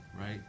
right